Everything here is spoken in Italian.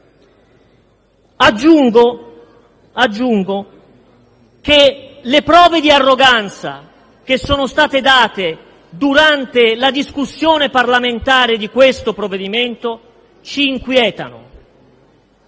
Aggiungo che le prove di arroganza dimostrate durante la discussione parlamentare di questo provvedimento ci inquietano: